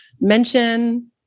mention